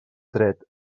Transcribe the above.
dret